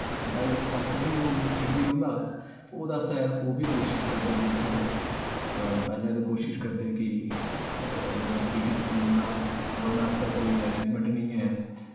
भाई हेल्थ बी ओह् ठीक ई रौहंदा ते ओह्दे आस्तै ओह् बी कोशिश करदे कि चलो पैह्लें ते कोशिश करदे कि अगर सिटी च कोई उं'दा रौह्ने आस्तै कोई अरेंजमेंट नेईं ऐ